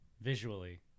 visually